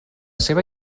seva